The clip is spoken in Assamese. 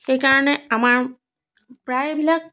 সেই কাৰণে আমাৰ প্ৰায়বিলাক